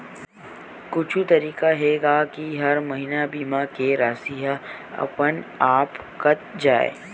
कुछु तरीका हे का कि हर महीना बीमा के राशि हा अपन आप कत जाय?